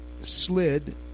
slid